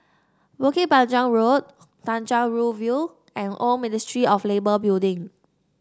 Bukit Panjang Road Tanjong Rhu View and Old Ministry of Labour Building